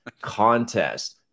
Contest